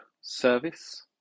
service